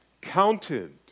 counted